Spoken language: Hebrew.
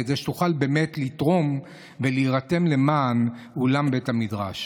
כדי שתוכל באמת לתרום ולהירתם למען אולם בית המדרש.